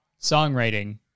songwriting